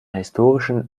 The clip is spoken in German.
historischen